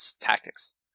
tactics